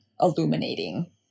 illuminating